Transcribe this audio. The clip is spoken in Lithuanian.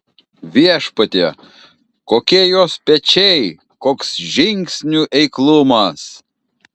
viešpatie kokie jos pečiai koks žingsnių eiklumas